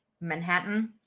Manhattan